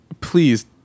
please